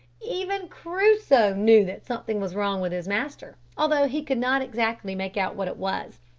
even crusoe knew that something was wrong with his master, although he could not exactly make out what it was.